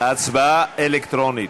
ההצבעה אלקטרונית.